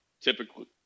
typically